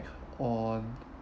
on